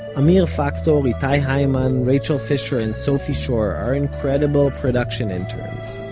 amir factor, um itay hyman, rachel fisher and sophie schor are our incredible production interns.